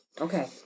Okay